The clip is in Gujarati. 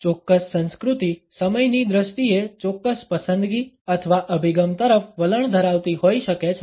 ચોક્કસ સંસ્કૃતિ સમયની દ્રષ્ટિએ ચોક્કસ પસંદગી અથવા અભિગમ તરફ વલણ ધરાવતી હોઈ શકે છે